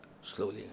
slowly